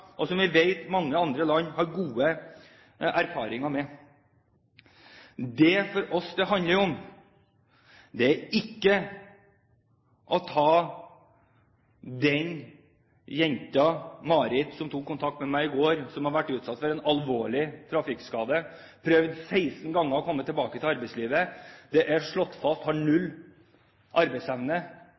og som vi vet mange andre land har gode erfaringer med. Det det handler om for oss, er ikke – ta den jenta – Marit, som tok kontakt med meg i går, som har vært utsatt for en alvorlig trafikkskade og prøvd 16 ganger å komme tilbake til arbeidslivet. Det er slått fast at hun har null arbeidsevne.